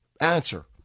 Answer